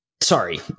sorry